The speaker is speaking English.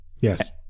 Yes